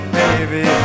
baby